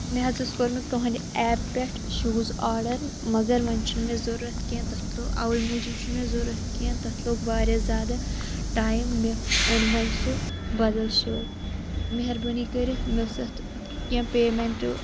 مےٚ حَظ اوس کوٚرمُت تُہُنٛدِ ایٚپ پؠٹھ شوٗز آرڈَر مگر وۄنۍ چھِنہٕ مےٚ ضرورت کِینٛہہ تتھ تہٕ اَوے موٗجُوب چھُنہٕ مےٚ ضرورت کیٚنٛہہ تتھ لوٚگ واریاہ زِیادٕ ٹایِم مےٚ اوٚن وۄنۍ سُہ بَدل شٲیہِ مہربٲنِی کٔرِتھ مےٚ ٲس یَتھ کیٚنٛہہ پِیمیٚنٛٹ